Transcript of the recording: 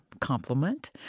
compliment